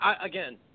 Again